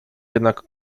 jednak